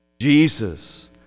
Jesus